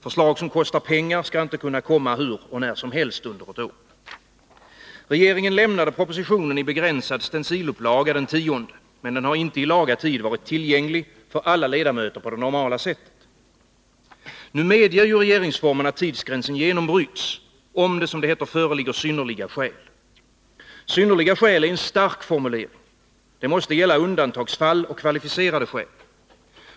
Förslag som kostar pengar skall inte kunna komma hur och när som helst under ett år. Regeringen lämnade propositionen i begränsad stencilupplaga den 10. Men den har inte i laga tid varit tillgänglig för alla ledamöter på det normala sättet. Nu medger regeringsformen att tidsgränsen genombryts, om det föreligger synnerliga skäl. Synnerliga skäl är en stark formulering — det måste gälla undantagsfall och kvalificerade skäl.